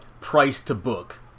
price-to-book